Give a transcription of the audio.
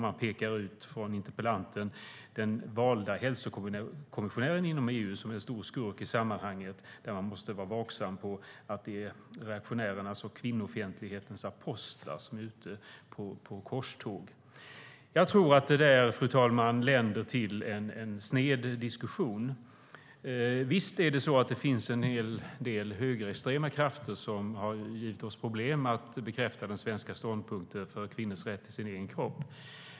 Interpellanten pekar ut den valde hälsokommissionären i EU som en stor skurk i sammanhanget, där man måste vara vaksam på att det är reaktionärernas och kvinnofientlighetens apostlar som är ute på korståg. Jag tror att det där, fru talman, länder till en sned diskussion. Visst finns det en hel del högerextrema krafter som har givit oss problem att bekräfta den svenska ståndpunkten för kvinnors rätt till sin egen kropp.